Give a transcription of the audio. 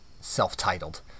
self-titled